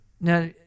Now